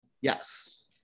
Yes